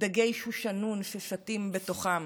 דגי שושנון ששטים בתוכם.